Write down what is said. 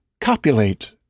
copulate